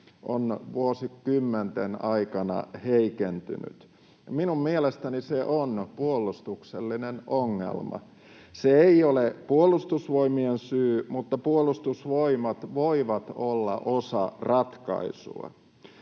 on vuosikymmenten aikana heikentynyt. Minun mielestäni se on puolustuksellinen ongelma. Se ei ole Puolustusvoimien syy, mutta Puolustusvoimat voi olla osa ratkaisua.